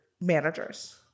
managers